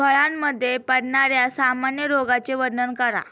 फळांमध्ये पडणाऱ्या सामान्य रोगांचे वर्णन करा